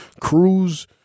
Cruz